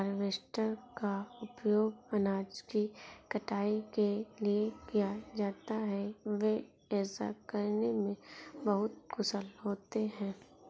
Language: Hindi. हार्वेस्टर का उपयोग अनाज की कटाई के लिए किया जाता है, वे ऐसा करने में बहुत कुशल होते हैं